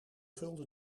vulde